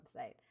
website